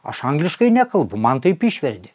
aš angliškai nekalbu man taip išvertė